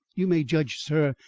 you may judge, sir,